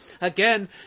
again